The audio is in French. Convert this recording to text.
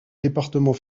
département